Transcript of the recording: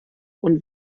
und